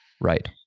Right